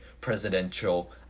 presidential